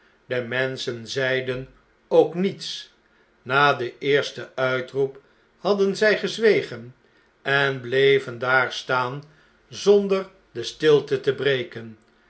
de menschen zeiden ook niets na den eersten uitroep hadden zij gezwegen en bleven daar staan zonder de stil'te te breken